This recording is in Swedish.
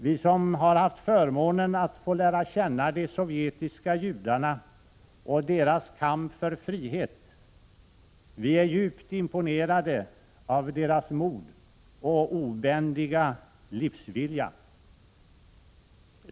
Vi som har haft förmånen att få lära känna de sovjetiska judarna och deras kamp för frihet, vi är djupt imponerade av deras mod och obändiga livsvilja.